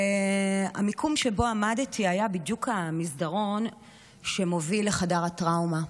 והמקום שבו עמדתי היה בדיוק המסדרון שמוביל לחדר הטראומה.